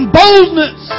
boldness